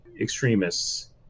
extremists